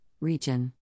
region